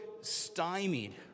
stymied